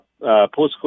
postcode